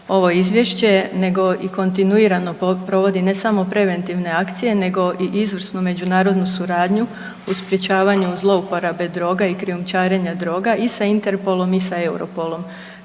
ovo izvješće nego i kontinuirano provodi ne samo preventivne akcije nego i izvrsnu međunarodnu suradnju u sprječavanju zlouporabe droga i krijumčarenja droga i sa Interpolom i sa Europolom.